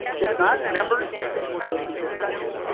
if not members discussion.